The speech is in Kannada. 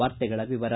ವಾರ್ತೆಗಳ ವಿವರ